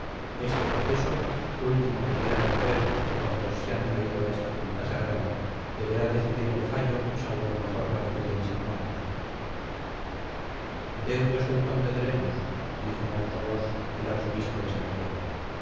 este proceso último que queda por ver de cuantos se han traído a esta junta sagrada deberá decidir el fallo salvo el mejor parecer de mis hermanos deudos del conde de lemus dijo en alta voz el arzobispo de santiago